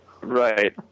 Right